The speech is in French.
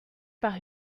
par